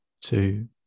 two